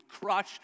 crush